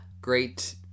great